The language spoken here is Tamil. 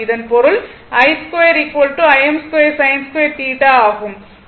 இதன் பொருள் i2 Im2sin2θ ஆகும்